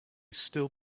still